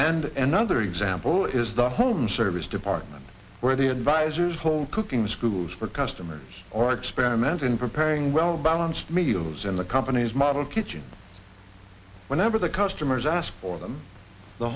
and another example is the home service department where the advisers hold cooking schools for customers or experimenting preparing well balanced meals in the company's model kitchen whenever the customers ask for them the